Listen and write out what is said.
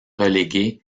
reléguée